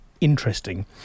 interesting